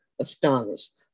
astonished